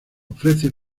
ofrece